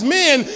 men